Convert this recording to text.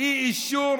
אי-אישור